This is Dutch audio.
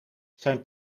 zijn